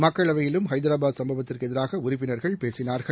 மக்களவையிலும் ஐதரபாத் சம்பவத்திற்கு எதிராக உறுப்பினர்கள் பேசினார்கள்